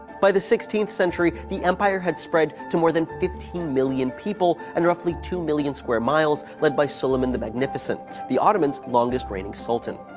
by the sixteenth century, the empire had spread to more than fifteen million people, and roughly two million square miles, led by suleiman the magnificent, the ottoman's longest reigning sultan.